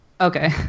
Okay